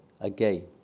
again